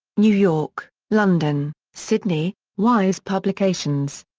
new york, london, sydney wise publications.